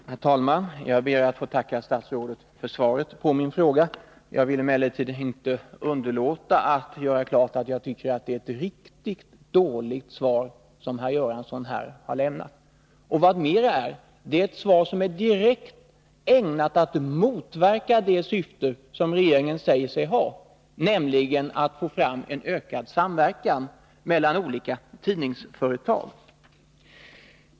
Herr talman! Jag ber att få tacka statsrådet för svaret på min fråga. Jag vill emellertid inte underlåta att göra klart att jag tycker att det är ett riktigt dåligt svar som herr Göransson här har lämnat. Och vad mera är: Det är ett svar som är direkt ägnat att motverka det syfte som regeringen säger sig ha, nämligen att få fram en ökad samverkan mellan olika tidningsföretag.